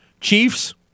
Chiefs